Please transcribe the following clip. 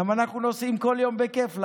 כי אנחנו נוסעים כל יום בכיף לעבודה,